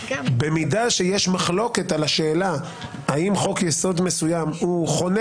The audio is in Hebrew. במידה שיש מחלוקת על השאלה האם חוק יסוד מסוים חונה